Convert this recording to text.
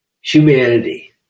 humanity